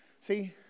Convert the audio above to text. See